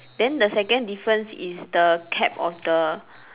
then the second difference is the cap of the